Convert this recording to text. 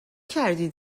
کردی